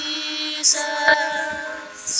Jesus